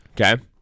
Okay